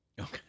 Okay